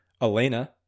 Elena